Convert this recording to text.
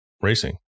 racing